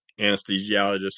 anesthesiologist